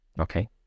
Okay